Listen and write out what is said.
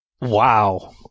Wow